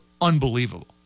unbelievable